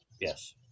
Yes